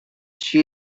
she